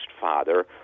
father